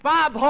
Bob